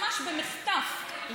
ממש במחטף,